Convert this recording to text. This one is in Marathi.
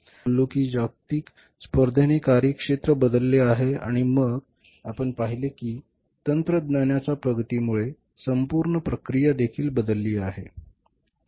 आता आम्ही याबद्दल बोललो की जागतिक स्पर्धेने कार्यक्षेत्र बदलले आहे आणि मग आपण पाहिले की तंत्रज्ञानाच्या प्रगतीमुळे संपूर्ण प्रक्रिया देखील बदलली आहे बरोबर